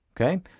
okay